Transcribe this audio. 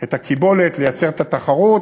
את הקיבולת, לייצר את התחרות,